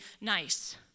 nice